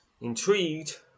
Intrigued